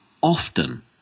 often